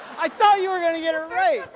i thought you were gonna get it right!